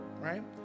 right